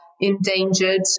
endangered